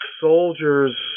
soldiers